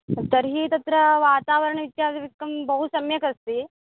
तर्हि तत्र वातावरण इत्यादिकं बहु सम्यकस्ति